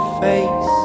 face